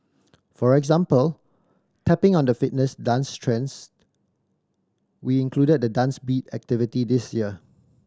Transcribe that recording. for example tapping on the fitness dance trends we included the Dance Beat activity this year